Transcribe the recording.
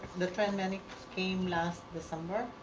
the tran money came last december.